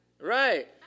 right